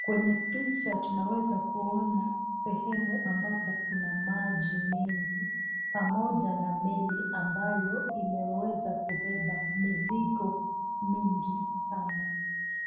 Kwenye picha tunaweza kuona sehemu ambapo kuna maji mengi pamoja na meli ambayo imeweza kubeba mizigo mingi sanaa.